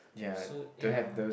ya don't have those